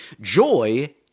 joy